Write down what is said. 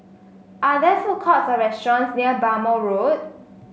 are there food courts or restaurants near Bhamo Road